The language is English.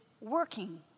working